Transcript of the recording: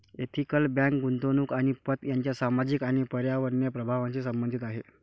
ethical bank गुंतवणूक आणि पत यांच्या सामाजिक आणि पर्यावरणीय प्रभावांशी संबंधित आहे